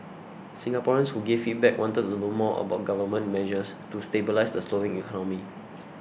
Singaporeans who gave feedback wanted to know more about government measures to stabilise the slowing economy